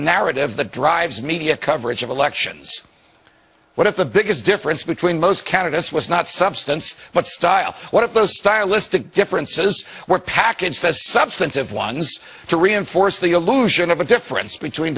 narrative that drives media coverage of elections what if the biggest difference between most candidates was not substance but style what if those stylistic differences were packaged as substantive ones to reinforce the illusion of a difference between